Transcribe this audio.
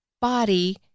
body